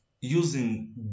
using